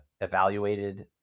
evaluated